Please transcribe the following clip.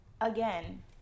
again